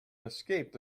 escaped